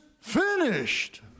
FINISHED